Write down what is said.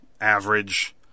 average